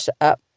up